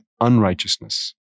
unrighteousness